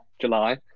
July